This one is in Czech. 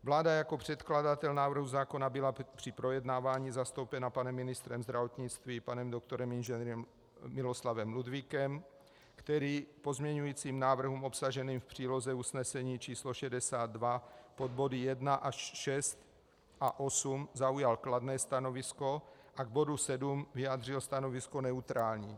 Vláda jako předkladatel návrhu zákona byla při projednávání zastoupena panem ministrem zdravotnictví, panem doktorem Ing. Miloslavem Ludvíkem, který k pozměňujícím návrhům obsaženým v příloze usnesení číslo 62 pod body 1 až 6 a 8 zaujal kladné stanovisko a k bodu 7 vyjádřil stanovisko neutrální.